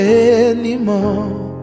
anymore